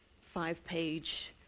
five-page